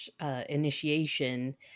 initiation